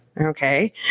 okay